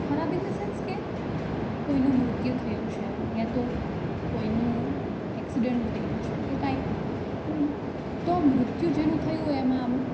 ખરાબ in the sense કે કોઈનું મૃત્યુ થયું સે યાતો કોઈનું એક્સિડંટ થયું છે કે કાઇ પણ તો મૃત્યુ જેનું થયું હોય એમાં આમ